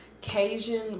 Cajun